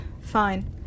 Fine